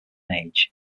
age